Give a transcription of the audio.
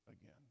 again